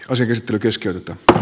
hyvin tietää